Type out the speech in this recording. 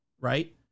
right